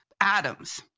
atoms